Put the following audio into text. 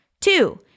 Two